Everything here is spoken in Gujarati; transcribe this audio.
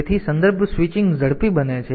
તેથી સંદર્ભ સ્વિચિંગ ઝડપી બને છે